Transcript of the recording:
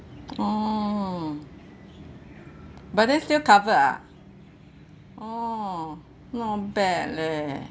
mm but then still covered ah oh not bad leh